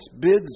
bids